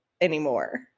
anymore